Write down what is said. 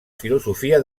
filosofia